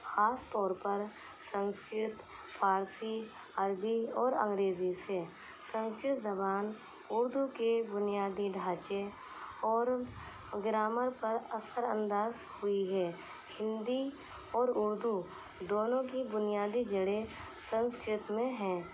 خاص طور پر سنسکرت فارسی عربی اور انگریزی سے سنسکرت زبان اردو کے بنیادی ڈھانچے اور گرامر پر اثر انداز ہوئی ہے ہندی اور اردو دونوں کی بنیادی جڑیں سنسکرت میں ہیں